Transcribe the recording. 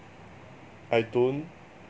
I don't